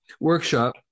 workshop